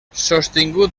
sostingut